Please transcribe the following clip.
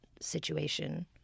situation